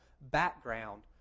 background